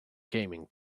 gaming